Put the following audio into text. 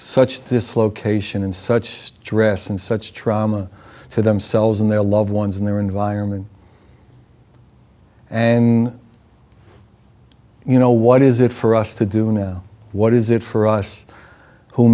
such this location in such stress and such trauma to themselves and their loved ones and their environment and you know what is it for us to do now what is it for us who